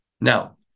Now